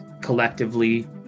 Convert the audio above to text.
collectively